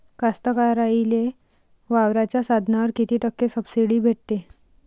कास्तकाराइले वावराच्या साधनावर कीती टक्के सब्सिडी भेटते?